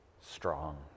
strong